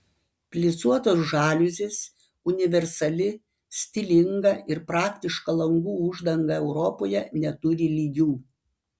plisuotos žaliuzės universali stilinga ir praktiška langų uždanga europoje neturi lygių